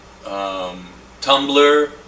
Tumblr